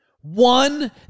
one